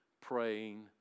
praying